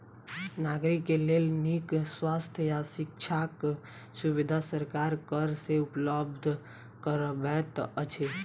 नागरिक के लेल नीक स्वास्थ्य आ शिक्षाक सुविधा सरकार कर से उपलब्ध करबैत अछि